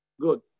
Good